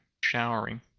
Showering